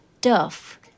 duff